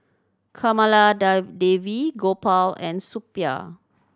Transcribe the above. Kamaladevi Gopal and Suppiah